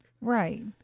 Right